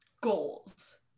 goals